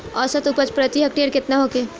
औसत उपज प्रति हेक्टेयर केतना होखे?